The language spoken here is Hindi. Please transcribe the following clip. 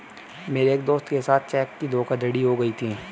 मेरे एक दोस्त के साथ चेक की धोखाधड़ी हो गयी थी